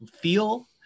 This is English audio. feel